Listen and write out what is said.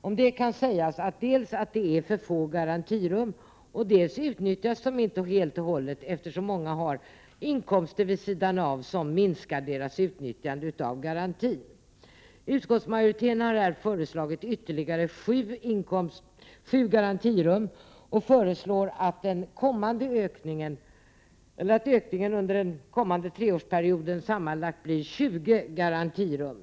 Om detta kan sägas dels att det är för få garantirum, dels att de inte utnyttjas helt och hållet, eftersom många konstnärer har inkomster vid sidan av, som minskar deras utnyttjande av garanti. Utskottsmajoriteten har här föreslagit ytterligare sju garantirum och att den sammanlagda ökningen under kommande treårsperiod blir tjugo garantirum.